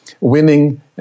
Winning